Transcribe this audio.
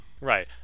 Right